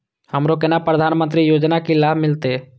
हमरो केना प्रधानमंत्री योजना की लाभ मिलते?